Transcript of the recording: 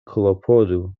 klopodu